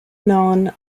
known